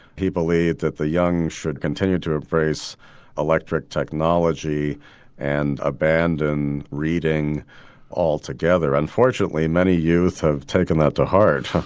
he believed that the young should continue to embrace electric technology and abandon reading altogether. unfortunately many youth have taken that to heart.